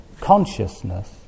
consciousness